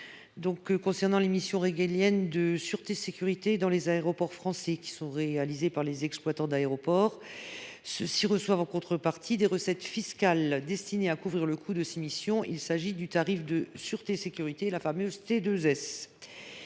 n° I 589. Les missions régaliennes de sûreté sécurité dans les aéroports français sont réalisées par les exploitants d’aéroport. Ceux ci reçoivent en contrepartie des recettes fiscales destinées à couvrir le coût de ces missions : le tarif de sûreté sécurité (T2S).